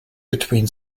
between